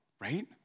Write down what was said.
Right